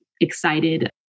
excited